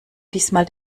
diesmal